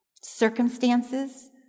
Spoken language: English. circumstances